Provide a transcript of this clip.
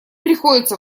приходится